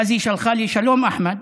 ואז היא שלחה לי: שלום אחמד,